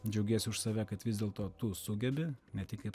džiaugiesi už save kad vis dėlto tu sugebi ne tik kaip